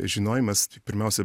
žinojimas tai pirmiausia